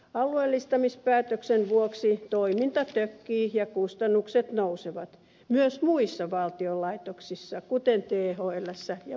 alueellistamispäätöksen vuoksi toiminta tökkii ja kustannukset nousevat myös muissa valtion laitoksissa kuten thlssä ja valvirassa